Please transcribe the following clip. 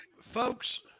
folks